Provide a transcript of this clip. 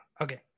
Okay